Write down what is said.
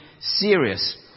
serious